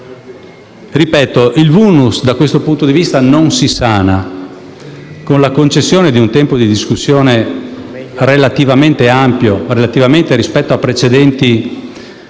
Aule. Ripeto che il *vulnus* da questo punto di vista non si sana con la concessione di un tempo di discussione relativamente ampio (relativamente rispetto a precedenti